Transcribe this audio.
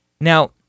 Now